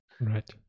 Right